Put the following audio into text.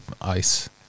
ice